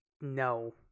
no